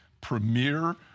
premier